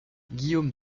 guillaume